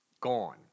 gone